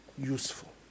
useful